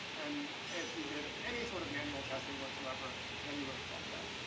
and if you did any sort of manual testing whatsoever, then you would have caught that.